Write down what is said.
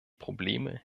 probleme